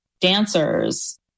dancers